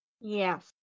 yes